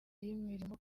y’imirimo